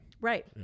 Right